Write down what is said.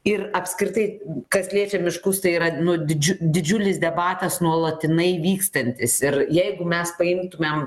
ir apskritai kas liečia miškus tai yra nu didžiu didžiulis debatas nuolatinai vykstantis ir jeigu mes paimtumėm